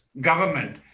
government